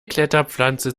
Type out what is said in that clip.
kletterpflanze